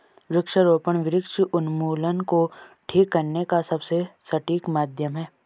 वृक्षारोपण वृक्ष उन्मूलन को ठीक करने का सबसे सटीक माध्यम है